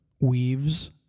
weaves